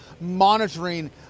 monitoring